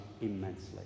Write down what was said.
immensely